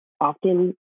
often